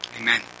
amen